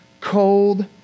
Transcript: cold